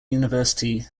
university